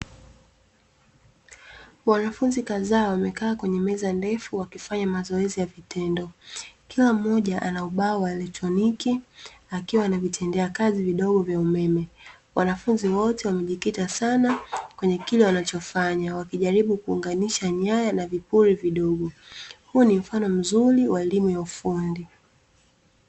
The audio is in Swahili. Wanafunzi kadhaa wamekaa kwenye meza ndefu wakifanya mazoezi ya vitendo. Kila mmoja ana ubao wa elektroniki, akiwa na vitendea kazi vidogo vya umeme. Wanafunzi wote wamejikita sana kwenye kile wanachofanya, wakijaribu kuunganisha nyaya na vipuri vidogo. Huu ni mfano mzuri wa elimu ya ufundi.